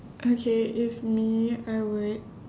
okay if me I would